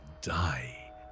die